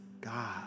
God